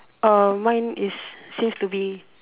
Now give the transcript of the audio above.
um mine is seems to be